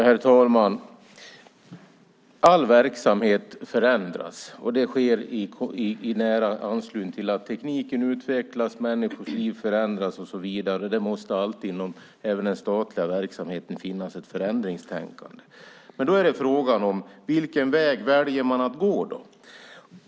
Herr talman! All verksamhet förändras, och det sker i nära anslutning till att tekniken utvecklas, människors liv förändras och så vidare. Det måste alltid, även inom den statliga verksamheten, finnas ett förändringstänkande. Men då är frågan: Vilken väg väljer man att gå?